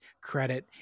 credit